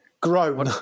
Grow